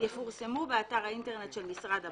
יפורסמו באתר האינטרנט של משרד הבריאות,